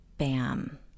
Bam